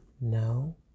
No